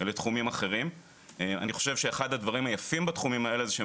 אני חושב שאחד הדברים היפים בתחומים האלה זה שהם